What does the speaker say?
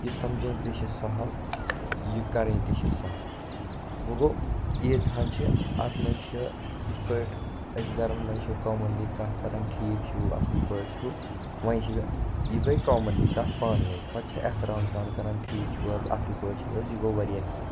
یہِ سَمجھِن تہِ چھِ سہل یہِ کَرٕنۍ تہِ چھِ سہل وۄنۍ گوٚو ایٖژہن چھِ اَتھ منٛز چھِ یِتھ پٲٹھۍ اَسہِ گرَن منز چھِ کامَنلی کتھ کَران ٹھیٖک چھُو اَصل پٲٹھۍ چھُو وَنہِ چھِ یِہ گٔیہِ کامَنلی کَتھ پانہٕ ؤنۍ پَتہٕ چھُ احترام سان کَران ٹھیٖک چھُو حظ اَصل پٲٹھۍ چھُو حظ یہِ گوٚو واریاہ کینٛہہ